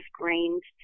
grains